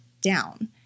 down